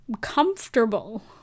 comfortable